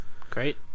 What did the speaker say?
Great